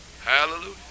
Hallelujah